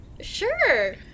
Sure